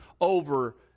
over